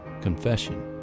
confession